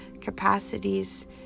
capacities